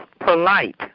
polite